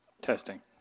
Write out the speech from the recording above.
Testing